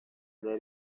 very